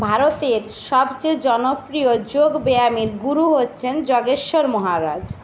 ভারতের সবচেয়ে জনপ্রিয় যোগব্যায়ামের গুরু হচ্ছেন যোগেশ্বর মহারাজ